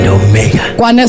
omega